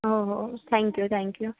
हो हो thank you thank you